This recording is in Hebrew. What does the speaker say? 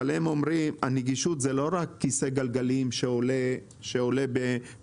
הנגישות זה לא רק כיסא גלגלים שעולה בשיפוע.